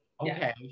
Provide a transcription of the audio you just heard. Okay